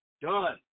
Done